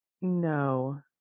No